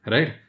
Right